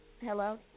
Hello